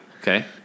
Okay